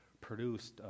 produced